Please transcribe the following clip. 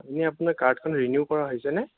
এনেই আপোনাৰ কাৰ্ডখন ৰিনিউ কৰা হৈছে নে